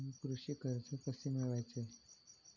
कृषी कर्ज कसे मिळवायचे?